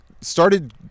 started